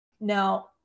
Now